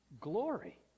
Glory